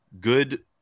good